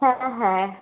হ্যাঁ হ্যাঁ